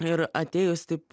ir atėjus taip